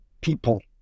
people